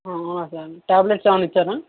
tablets ఏమన్నా ఇచ్చారా